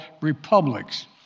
republics